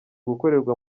gukorerwa